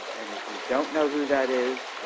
and if you don't know who that is,